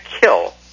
kill